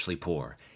poor